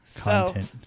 Content